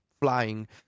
flying